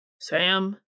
Sam